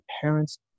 parents